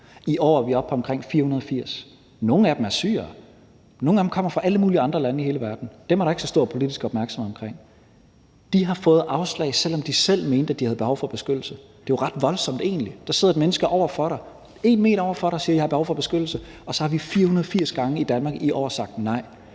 I år er vi oppe på omkring 480. Nogle af dem er syrere, og nogle af dem kommer fra alle mulige andre lande i hele verden. Dem er der ikke så stor politisk opmærksomhed omkring. De har fået afslag, selv om de selv mente, at de havde behov for beskyttelse. Det er jo egentlig ret voldsomt. Der sidder et menneske over for dig, 1 m over for dig, og siger, at vedkommende har behov for beskyttelse, og så har vi 480 gange i Danmark i